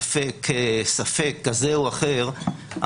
ספק כזה או אחר,